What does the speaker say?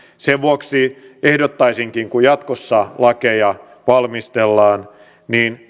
sen vuoksi ehdottaisinkin että kun jatkossa lakeja valmistellaan niin